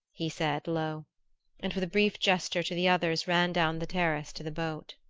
he said low and with a brief gesture to the others ran down the terrace to the boat.